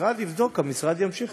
המשרד יבדוק, המשרד ימשיך לטפל בזה.